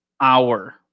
hour